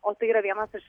o tai yra vienas iš